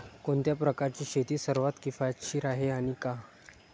कोणत्या प्रकारची शेती सर्वात किफायतशीर आहे आणि का?